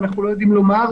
אנחנו לא יודעים לומר